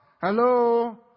hello